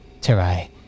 Terai